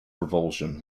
revulsion